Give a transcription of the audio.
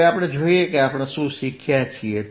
હવે જોઈએ કે આપણે શું શીખ્યા છીએ